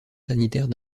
sanitaires